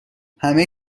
همه